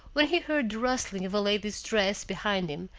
when he heard the rustling of a lady's dress behind him,